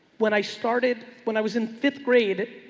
when i started, when i was in fifth grade,